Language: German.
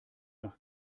nach